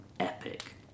epic